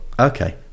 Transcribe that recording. Okay